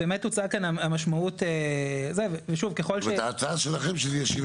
יש כאן אתגר מכיוון שהישובים מאוד קטנים,